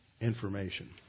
information